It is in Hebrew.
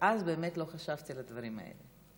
ואז באמת לא חשבתי על הדברים האלה.